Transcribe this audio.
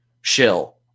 shill